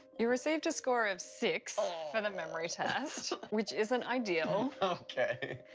you received a score of six for the memory test, which isn't ideal. okay.